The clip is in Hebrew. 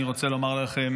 אני רוצה לומר לכם